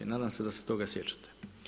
Nadam se da se toga sjećate.